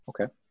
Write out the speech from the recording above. Okay